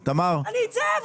אני אצא.